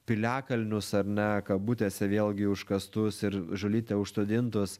piliakalnius ar ne kabutėse vėlgi užkastus ir žolyte užsodintus